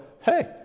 hey